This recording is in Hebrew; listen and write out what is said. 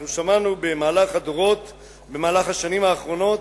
אנחנו שמענו במהלך השנים האחרונות,